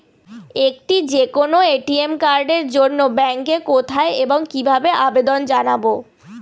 একটি যে কোনো এ.টি.এম কার্ডের জন্য ব্যাংকে কোথায় এবং কিভাবে আবেদন জানাব?